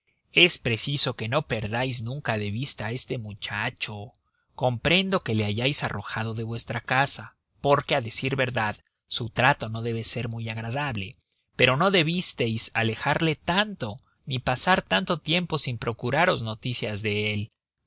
es preciso que no perdáis nunca de vista a ese muchacho comprendo que le hayáis arrojado de vuestra casa porque a decir verdad su trato no debe ser muy agradable pero no debisteis alejarle tanto ni pasar tanto tiempo sin procuraros noticias de él